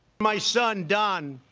my son don,